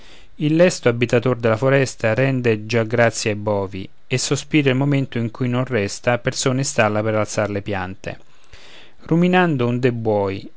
il lesto abitator della foresta rende già grazie ai bovi e sospira il momento in cui non resta persona in stalla per alzar le piante ruminando un de buoi